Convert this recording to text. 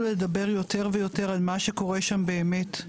לדבר יותר ויותר על מה שקורה שם באמת.